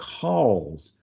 calls